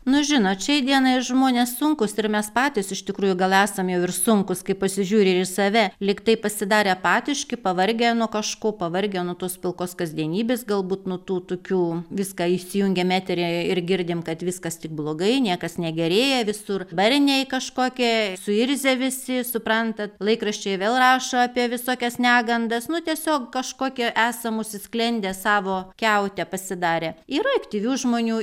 nu žinot šiai dienai žmonės sunkūs ir mes patys iš tikrųjų gal esam jau ir sunkūs kai pasižiūri ir į save lyg tai pasidarę apatiški pavargę nuo kažko pavargę nuo tos pilkos kasdienybės galbūt nuo tų tokių viską įsijungiam eteryje ir girdim kad viskas tik blogai niekas negerėja visur barniai kažkokie suirzę visi suprantat laikraščiai vėl rašo apie visokias negandas nu tiesiog kažkokie esam užsisklendę savo kiaute pasidarę yra aktyvių žmonių